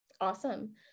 Awesome